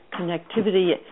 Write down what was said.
connectivity